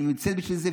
והיא נמצאת בשביל זה,